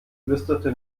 flüsterte